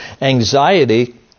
anxiety